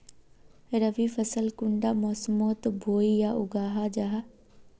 रवि फसल कुंडा मोसमोत बोई या उगाहा जाहा?